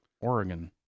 Oregon